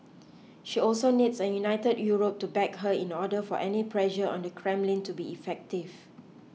she also needs a united Europe to back her in order for any pressure on the Kremlin to be effective